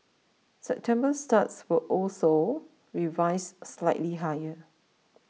September starts were also revised slightly higher